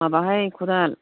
माबाहाय खुदाल